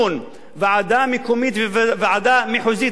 הוועדה המקומית והוועדה המחוזית לתכנון,